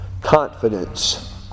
Confidence